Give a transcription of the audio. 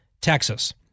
Texas